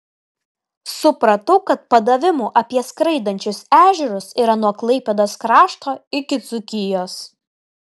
supratau kad padavimų apie skraidančius ežerus yra nuo klaipėdos krašto iki dzūkijos